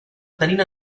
tenint